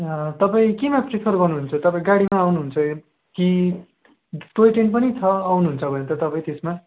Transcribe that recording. तपाईँ केमा प्रिफर गर्नुहुन्छ तपाईँ गाडीमा आउनुहुन्छ कि टोय ट्रेन पनि छ आउनुहुन्छ भने त तपाईँ त्यसमा